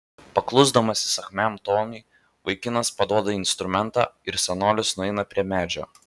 paklusdamas įsakmiam tonui vaikinas paduoda instrumentą ir senolis nueina prie medžio